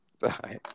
Bye